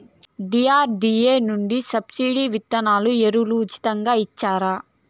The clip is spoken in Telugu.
డి.ఆర్.డి.ఎ నుండి సబ్సిడి విత్తనాలు ఎరువులు ఉచితంగా ఇచ్చారా?